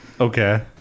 Okay